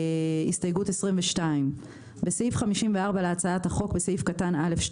הסתייגות 22. בסעיף 54 להצעת החוק בסעיף קטן (א2)